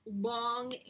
long